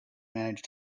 manage